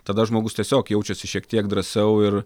tada žmogus tiesiog jaučiasi šiek tiek drąsiau ir